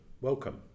Welcome